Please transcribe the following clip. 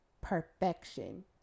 perfection